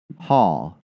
Hall